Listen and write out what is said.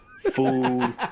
food